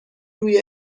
روی